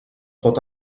pot